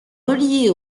reliée